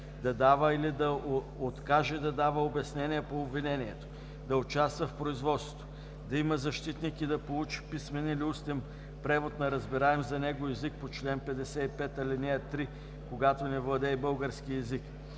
да дава или да откаже да дава обяснения по обвинението; да участва в производството; да има защитник и да получи писмен или устен превод на разбираем за него език по чл. 55, ал. 3, когато не владее български език;